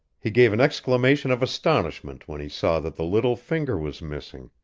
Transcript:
he gave an exclamation of astonishment when he saw that the little finger was missing.